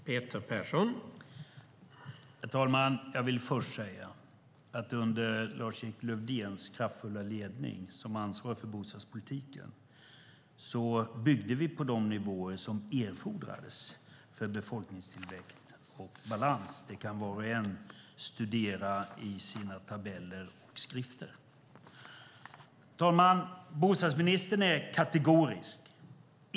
Herr talman! Jag vill först säga att under Lars-Erik Lövdéns kraftfulla ledning som ansvarig för bostadspolitiken byggde vi på de nivåer som erfordrades för befolkningstillväxt och balans. Det kan var och en studera i sina tabeller och skrifter. Herr talman! Bostadsministern är kategorisk.